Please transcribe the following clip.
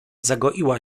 zagoiła